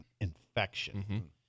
infection